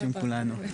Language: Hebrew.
בשם כולנו.